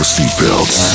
seatbelts